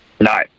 No